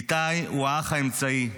איתי הוא האח האמצעי,